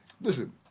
Listen